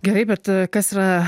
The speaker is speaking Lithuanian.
gerai bet kas yra